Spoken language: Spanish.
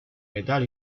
metal